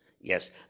Yes